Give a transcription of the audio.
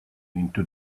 into